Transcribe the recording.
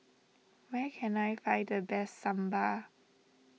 where can I find the best Sambar